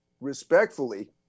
respectfully